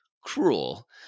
cruel